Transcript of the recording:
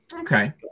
Okay